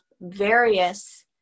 various